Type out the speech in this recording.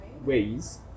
ways